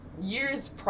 years